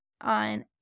on